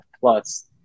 plus